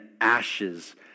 ashes